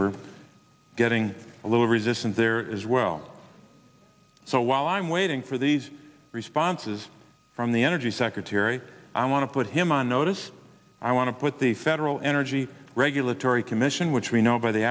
we're getting a little resistance there is well so while i'm waiting for these responses from the energy secretary i want to put him on notice i want to put the federal energy regulatory commission which we know by the